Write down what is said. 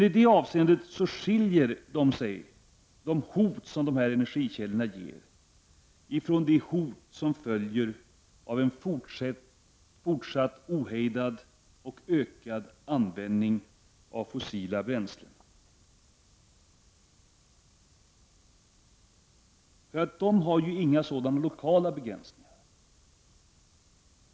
I det avseendet skiljer sig de hot som dessa energikällor utgör ifrån det hot som följer av en fortsatt ohejdad och ökad användning av fossila bränslen. De har inga sådana lokala begränsningar.